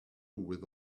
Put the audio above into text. with